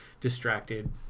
distracted